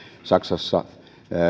saksassa